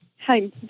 Hi